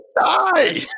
die